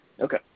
Okay